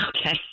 okay